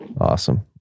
Awesome